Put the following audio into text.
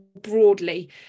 broadly